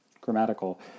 grammatical